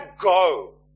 go